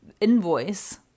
invoice